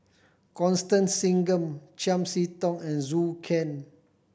Constance Singam Chiam See Tong and Zhou Can